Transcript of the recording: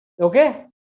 okay